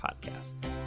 podcast